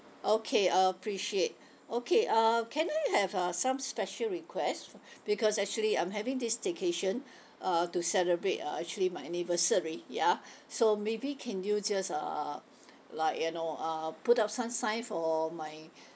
okay appreciate okay uh can I have uh some special request because actually I'm having this staycation uh to celebrate uh actually my anniversary ya so maybe can you just uh like you know uh put up some sign for my